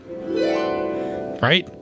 right